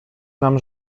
nam